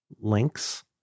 links